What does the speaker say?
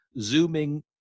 zooming